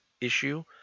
issue